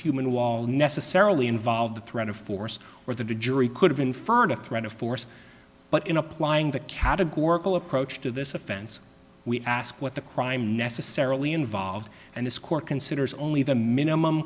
human wall necessarily involve the threat of force or the jury could have inferred a threat of force but in applying the categorical approach to this offense we ask what the crime necessarily involved and this court considers only the minimum